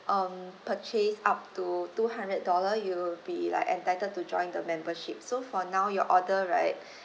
um purchase up to two hundred dollars you'll be like entitled to join the membership so for now your order right it